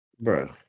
Bro